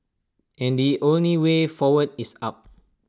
and the only way forward is up